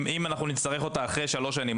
אם נצטרך אותה אחרי שלוש שנים,